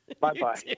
Bye-bye